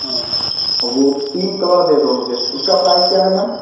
हाँ वह तीन कलर दे दो मुझे उसका प्राइज़ क्या है मैम